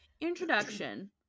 introduction